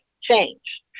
change